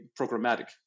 programmatic